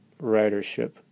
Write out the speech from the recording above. ridership